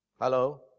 Hello